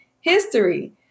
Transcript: history